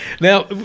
Now